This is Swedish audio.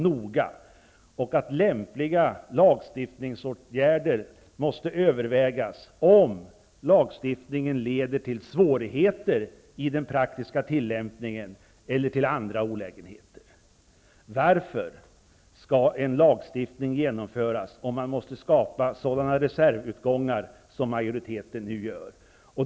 Man anser att lämpliga lagstiftningsåtgärder måste övervägas om lagstiftningen leder till svårigheter i den praktiska tillämpningen eller till andra olägenheter. Varför skall en lagstiftning genomföras om man måste skapa sådana reservutgångar som majoriteten nu talar om?